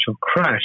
crash